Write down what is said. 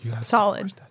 Solid